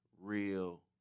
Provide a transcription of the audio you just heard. real